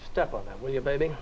step on that when you're bathing